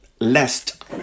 lest